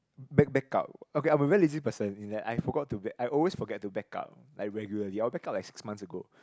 back back up okay I'm a very lazy person in that I forgot to I always forget to back up like regularly I will back up like six months ago